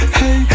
hey